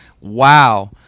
Wow